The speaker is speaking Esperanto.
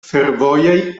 fervojaj